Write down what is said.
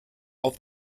auf